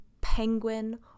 penguin